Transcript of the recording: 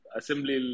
assembly